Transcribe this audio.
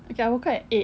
okay I woke up at eight